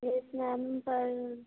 یس ma'am پر